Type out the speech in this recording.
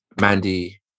Mandy